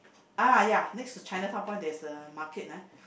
ah ya next to Chinatown-Point there is a market ah